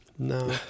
No